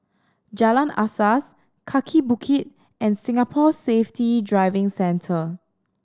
Jalan Asas Kaki Bukit and Singapore Safety Driving Centre